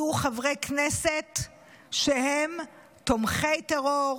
יהיו חברי כנסת שהם תומכי טרור,